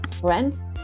Friend